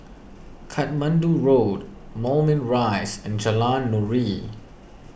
Katmandu Road Moulmein Rise and Jalan Nuri